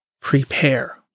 prepare